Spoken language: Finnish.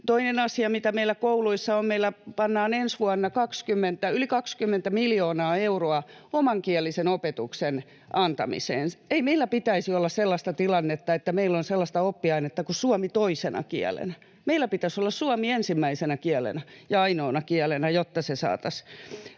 Toinen asia, mitä meillä kouluissa on: meillä pannaan ensi vuonna yli 20 miljoonaa euroa omankielisen opetuksen antamiseen. Ei meillä pitäisi olla sellaista tilannetta, että meillä on sellaista oppiainetta kuin ”suomi toisena kielenä”. Meillä pitäisi olla suomi ensimmäisenä kielenä ja ainoana kielenä, jotta se saataisiin